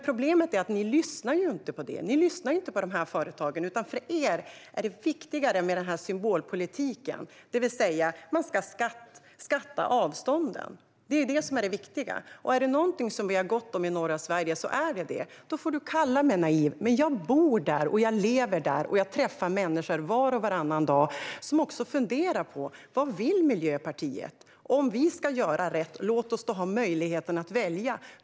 Problemet är att ni inte lyssnar på det, Lorentz Tovatt. Ni lyssnar inte på de här företagen, utan för er är det viktigare med symbolpolitiken. Man ska beskatta avstånden, och det är det som är det viktiga. Är det någonting vi har gott om i norra Sverige är det avstånd. Du får kalla mig naiv, men jag bor och lever där. Jag träffar människor var och varannan dag som funderar på vad Miljöpartiet vill. Om människor ska göra rätt, ge dem möjligheten att välja!